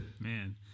Man